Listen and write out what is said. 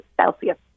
Celsius